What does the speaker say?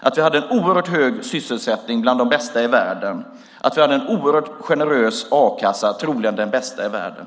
Likaså hade vi en oerhört hög sysselsättning, bland de högsta i världen. Dessutom hade vi en oerhört generös a-kassa, troligen den bästa i världen.